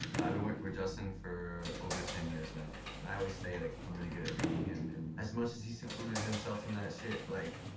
i've been working with justin for over ten years now. and i always say, like, i'm really good at reading him. and as much as he secluded himself from that shit, like,